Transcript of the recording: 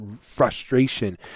frustration